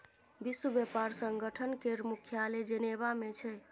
विश्व बेपार संगठन केर मुख्यालय जेनेबा मे छै